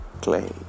clay